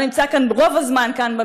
שלא נמצא רוב הזמן כאן,